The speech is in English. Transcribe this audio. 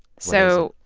so.